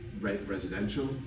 residential